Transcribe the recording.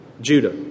Judah